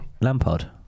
Lampard